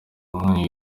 yabo